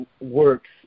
works